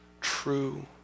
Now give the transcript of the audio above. true